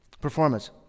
Performance